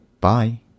Bye